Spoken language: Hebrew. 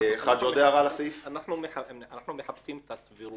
עבד אל חכים חאג' יחיא (הרשימה המשותפת): אנחנו מחפשים את הסבירות.